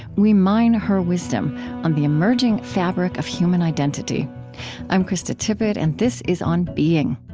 we mine her wisdom on the emerging fabric of human identity i'm krista tippett, and this is on being